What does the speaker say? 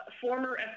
former